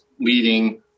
leading